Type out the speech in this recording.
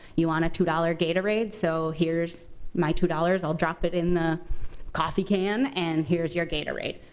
you want a two dollar gatorade? so here's my two dollars, i'll drop it in the coffee can. and here's your gatorade.